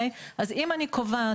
אז אם אני קובעת,